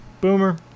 Boomer